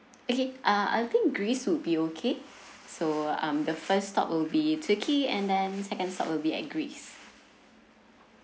okay uh I think greece would be okay so um the first stop will be turkey and then second stop will be at greece